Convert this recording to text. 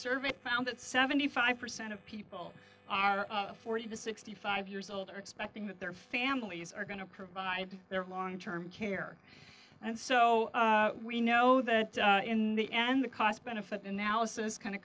survey found that seventy five percent of people forty to sixty five years old are expecting that their families are going to provide their long term care and so we know that in the end the cost benefit analysis kind of